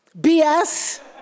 BS